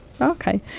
Okay